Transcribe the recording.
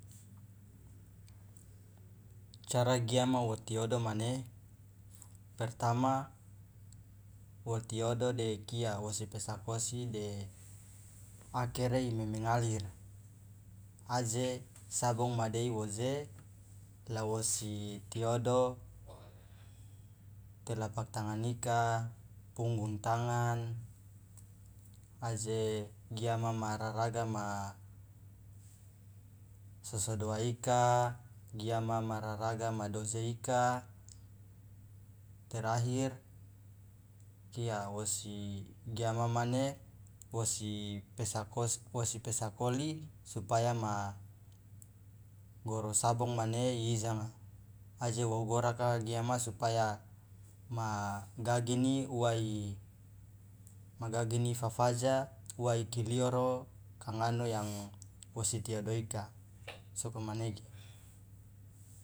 Cara giama wo tiodo mane pertama wo tiodo de kia wosi pesakosi de akere imemengalir aje sabong madei wo je la wosi tiodo telapak tangan ika punggung tangan aje giama ma raraga ma sosodoa ika giama ma raraga ma doje ika terakhir kia wosi giama mane wosi pesakosi wosi pesakoli supaya ma gorosabong mane iijanga aje wo goraka giama supaya ma gagini uwa i magagini ifafaja uwa ikilioro kangano yang wosi tiodo ika sokomanege.